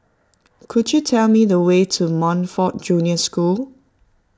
could you tell me the way to Montfort Junior School